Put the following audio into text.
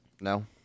No